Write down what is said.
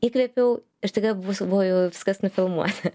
įkvėpiau ir staiga bus vojau viskas nufilmuota